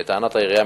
לטענת העירייה,